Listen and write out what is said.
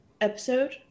episode